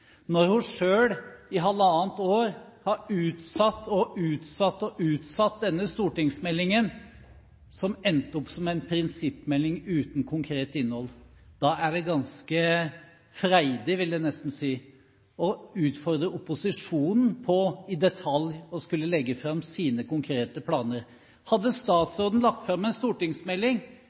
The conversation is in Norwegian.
Når hun selv i halvannet år har utsatt og utsatt denne stortingsmeldingen som endte opp som en prinsippmelding uten konkret innhold, er det ganske freidig – vil jeg nesten si – å utfordre opposisjonen på i detalj å skulle legge fram sine konkrete planer. Hadde statsråden lagt fram en stortingsmelding